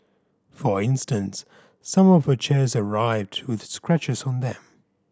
for instance some of her chairs arrived with scratches on them